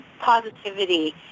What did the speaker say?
positivity